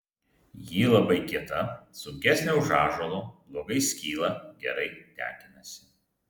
ji labai kieta sunkesnė už ąžuolo blogai skyla gerai tekinasi